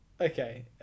Okay